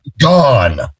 gone